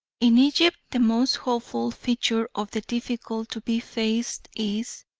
in egypt the most hopeful feature of the difficulty to be faced is,